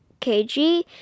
kg